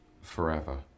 forever